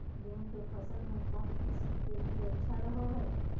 गेहूँ के फसल में कौन किसम के बीज अच्छा रहो हय?